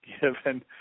given